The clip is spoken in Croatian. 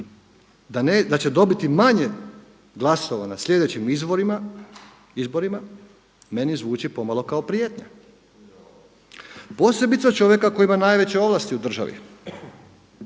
da će dobiti manje glasova na sljedećim izborima meni zvuči pomalo kao prijetnja posebice čovjeka koji ima najveće ovlasti u državi